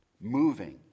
moving